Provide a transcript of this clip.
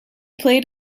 played